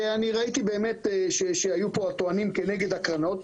ראיתי שהיו פה הטוענים כנגד הקרנות,